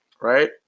right